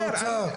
את האוצר.